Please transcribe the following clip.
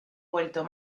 vuelto